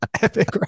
epic